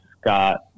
Scott